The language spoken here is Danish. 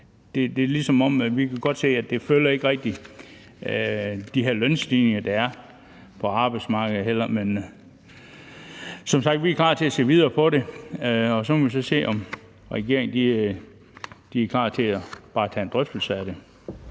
Det er, som om det ikke rigtigt følger de her lønstigninger, der er på arbejdsmarkedet. Som sagt: Vi er klar til at se videre på det, og så må vi så se, om regeringen er klar til bare at tage en drøftelse af det.